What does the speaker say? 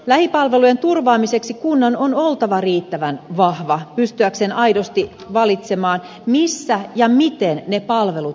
lähipalvelujen turvaamiseksi kunnan on oltava riittävän vahva pystyäkseen aidosti valitsemaan missä ja miten ne palvelut tuotetaan